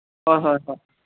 ꯍꯣꯏ ꯍꯣꯏ ꯍꯣꯏ